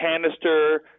canister